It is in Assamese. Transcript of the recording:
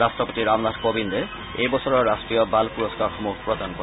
ৰাষ্ট্ৰপতি ৰামনাথ ক'বিন্দে এই বছৰৰ ৰাষ্ট্ৰীয় বাল পুৰষ্ণাৰসমূহ প্ৰদান কৰে